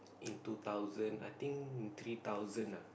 in two thousand I think in three thousand ah